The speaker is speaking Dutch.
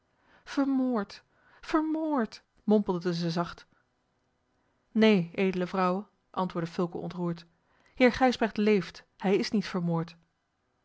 vermoord vermoord mompelde zij zacht neen edele vrouwe antwoordde fulco ontroerd heer gijsbrecht leeft hij is niet vermoord